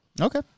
Okay